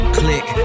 click